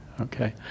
Okay